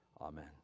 amen